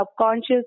subconscious